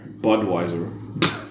Budweiser